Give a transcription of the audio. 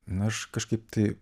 na aš kažkaip tai